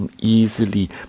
Easily